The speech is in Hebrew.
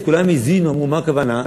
אז כולם האזינו, אמרו: מה הכוונה?